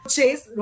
Chase